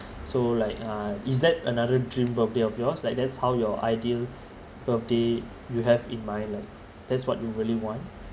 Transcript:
so like uh is that another dream birthday of yours like that's how your ideal birthday you have in mind lah that's what you really want